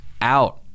out